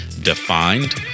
defined